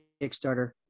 Kickstarter